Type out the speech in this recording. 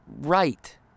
right